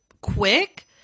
quick